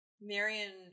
Marion